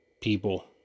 People